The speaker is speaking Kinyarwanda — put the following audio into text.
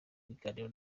kiganiro